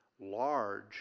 large